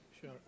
Sure